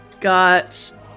got